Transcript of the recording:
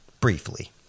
briefly